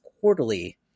quarterly